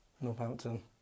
Northampton